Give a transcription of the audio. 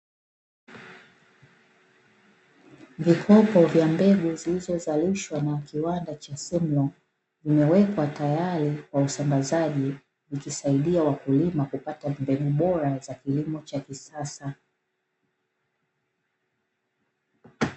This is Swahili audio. Vikopo vya mbegu zizlizozalishwa na kiwanda cha "SIMLAW", zimewekwa tayari kwa usambazaji ikisaidia wakulima kupata mbegu bora, za kilimo cha kisasa.